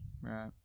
Right